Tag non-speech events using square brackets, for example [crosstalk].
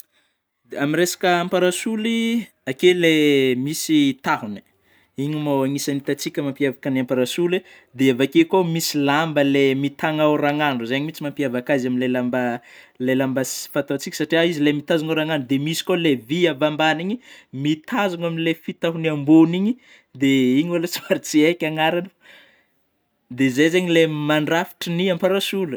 [noise] De amin'ny resaka parasoly ake lay misy tahony, igny moa anisan'ny hitantsika mampiavaka ny parasoly dia avy akeo koa misy lamba le mitagna ôragnandro zay mihintsy no mapiavaka azy amin'ilay lamba ilay lamba sy fataon-tsika, satria izy ilay mitazona ôragnandro, dia misy koa ilay vy avy ambany iny mitazona ilay fitahony ambôny igny, de iny mô lo [laughs] somary tsy aiko agnarany de zay zany le mandrafitry ny parasolo.